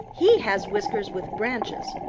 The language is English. he has whiskers with branches.